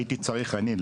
הייתי צריך אני,